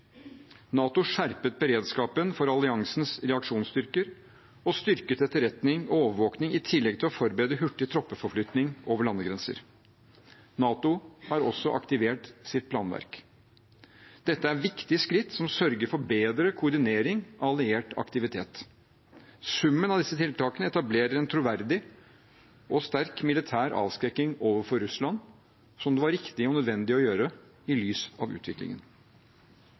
NATO skjerpet beredskapen for alliansens reaksjonsstyrker og styrket etterretning og overvåkning i tillegg til å forberede hurtig troppeforflytning over landegrenser. NATO har også aktivert sitt planverk. Dette er viktige skritt som sørger for bedre koordinering av alliert aktivitet. Summen av disse tiltakene etablerer en troverdig og sterk militær avskrekking overfor Russland, som det var riktig og nødvendig å gjøre i lys av utviklingen.